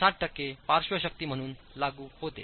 7 टक्के पार्श्व शक्ती म्हणून लागू होते